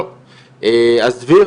אז דביר